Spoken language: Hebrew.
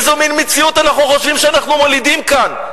איזה מין מציאות אנחנו חושבים שאנחנו מולידים כאן?